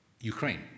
Ukraine